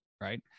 Right